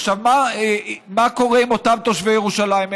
עכשיו, מה קורה עם אותם תושבי ירושלים?